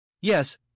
Yes